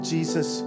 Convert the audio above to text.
Jesus